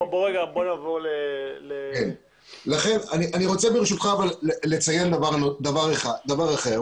ברשותך, אני רוצה לציין דבר אחר.